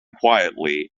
quietly